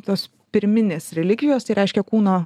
tos pirminės relikvijos tai reiškia kūno